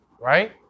right